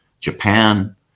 Japan